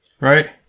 Right